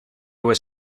was